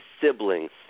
siblings